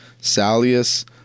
Salius